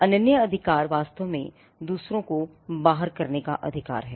अनन्य अधिकार वास्तव में दूसरों को बाहर करने का अधिकार है